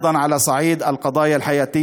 עמדתי בראש הוועדה